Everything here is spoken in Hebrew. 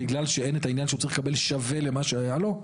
בגלל שאין את העניין שהוא צריך לקבל שווה למה שהיה לו,